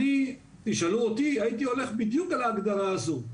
תשאלו אותי, הייתי הולך בדיוק על ההגדרה הזו.